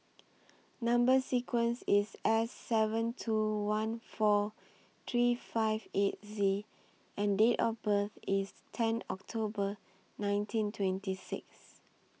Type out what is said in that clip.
Number sequence IS S seven two one four three five eight Z and Date of birth IS ten October nineteen twenty six